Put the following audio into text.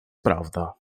prawda